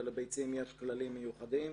ולביצים יש כללים מיוחדים.